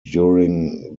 during